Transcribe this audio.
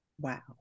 Wow